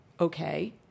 okay